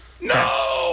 No